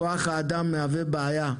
כוח האדם מהווה בעיה,